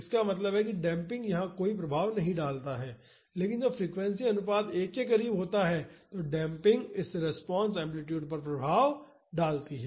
इसका मतलब है कि डेम्पिंग यहाँ कोई प्रभाव नहीं डालता है लेकिन जब फ्रीक्वेंसी अनुपात 1 के करीब होता है तो डेम्पिंग इस रिस्पांस एम्पलीटूड पर प्रभाव डालती है